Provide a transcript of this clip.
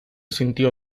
sintió